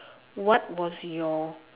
what was your